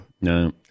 No